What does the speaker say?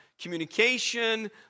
communication